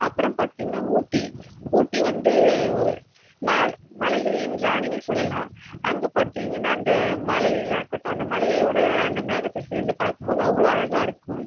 அப்புறம் பார்த்தீங்கனா ஊட்டி ஊட்டி வந்து மழலை மலைகளின் ராணினே சொல்லலாம் அங்கே பார்த்தீங்கனா அந்த மலையாகருக்கட்டும் மலையோடு மேகத்தை சேர்ந்து பார்க்கும் போது அவ்வளவு அழகாயிருக்கும்